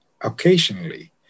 occasionally